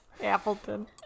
Appleton